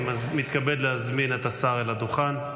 אני מתכבד להזמין את השר אל הדוכן.